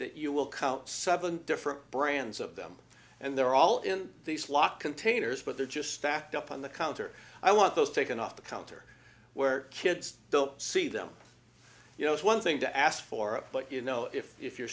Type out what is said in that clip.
that you will count seven different brands of them and they're all in the slot containers but they're just stacked up on the counter i want those taken off the counter where kids don't see them you know it's one thing to ask for but you know if if you're